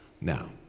Now